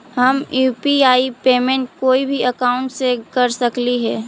हम UPI payment कोई भी अकाउंट से कर सकली हे?